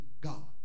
God